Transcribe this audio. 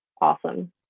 awesome